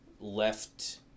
left